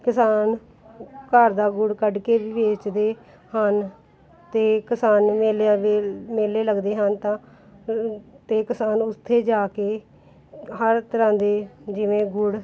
ਕਿਸਾਨ ਘਰ ਦਾ ਗੁੜ ਕੱਢ ਕੇ ਵੀ ਵੇਚਦੇ ਹਨ ਅਤੇ ਕਿਸਾਨ ਮੇਲਿਆਂ ਮੇ ਮੇਲੇ ਲੱਗਦੇ ਹਨ ਤਾਂ ਤੇ ਕਿਸਾਨ ਉੱਥੇ ਜਾ ਕੇ ਹਰ ਤਰ੍ਹਾਂ ਦੇ ਜਿਵੇਂ ਗੁੜ